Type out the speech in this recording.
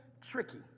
Tricky